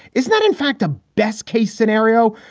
it's not, in fact, a best case scenario.